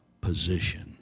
position